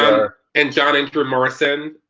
and john-andrew morrison